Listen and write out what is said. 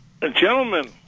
Gentlemen